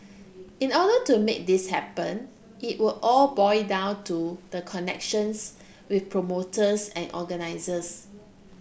in order to make this happen it will all boil down to the connections with promoters and organisers